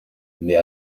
mais